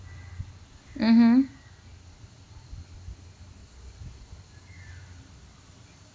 mmhmm